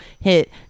Hit